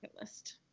list